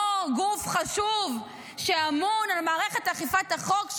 ולא גוף חשוב שאמון על מערכת אכיפת החוק,